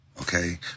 okay